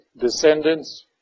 descendants